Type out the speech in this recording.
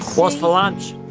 what's for lunch?